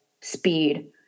speed